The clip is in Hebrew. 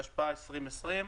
תשפ"א-2020.